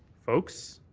folks,